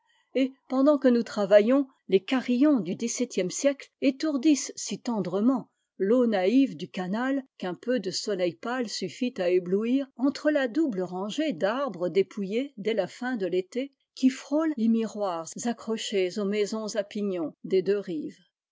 et pendant que nous travaillons les carillons du xvn siècle étourdissent si tendrement l'eau naïve du canal qu'un peu de soleil pâle suffit à éblouir entre la double rangée d'arbres dépouillés dès la fin de l'été qui frôlent les miroirs accrochés aux maisons à pignons des deux rives